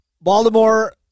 Baltimore